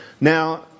Now